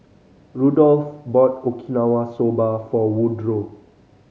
Rudolf bought Okinawa Soba for Woodroe